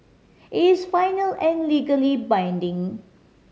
it's final and legally binding